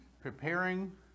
preparing